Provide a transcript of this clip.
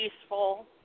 peaceful